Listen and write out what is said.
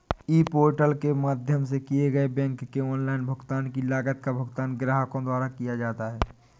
क्या e portal के माध्यम से किए गए बैंक के ऑनलाइन भुगतान की लागत का भुगतान ग्राहकों द्वारा किया जाता है?